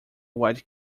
white